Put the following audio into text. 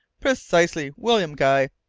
precisely. william guy.